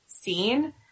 seen